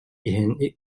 иһэн